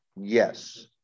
Yes